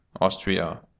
Austria